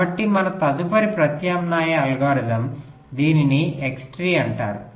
కాబట్టి మన తదుపరి ప్రత్యామ్నాయ అల్గోరిథం దీనిని ఎక్స్ ట్రీ అంటారు